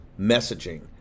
messaging